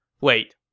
Wait